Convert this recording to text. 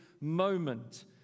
moment